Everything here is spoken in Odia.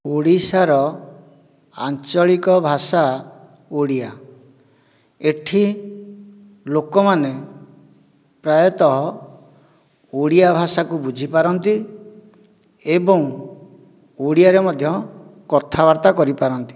ଓଡ଼ିଶାର ଆଞ୍ଚଳିକ ଭାଷା ଓଡ଼ିଆ ଏଠି ଲୋକମାନେ ପ୍ରାୟତଃ ଓଡ଼ିଆ ଭାଷାକୁ ବୁଝି ପାରନ୍ତି ଏବଂ ଓଡିଆରେ ମଧ୍ୟ କଥାବାର୍ତ୍ତା କରି ପାରନ୍ତି